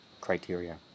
criteria